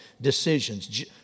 decisions